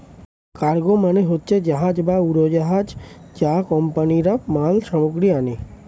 cargo মানে হচ্ছে জাহাজ বা উড়োজাহাজ যা কোম্পানিরা মাল সামগ্রী আনে